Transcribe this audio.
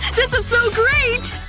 this is so great!